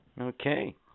okay